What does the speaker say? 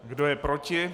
Kdo je proti?